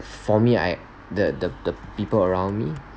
for me I the the the people around me